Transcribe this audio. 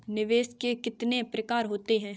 निवेश के कितने प्रकार होते हैं?